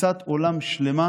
כתפיסת עולם שלמה,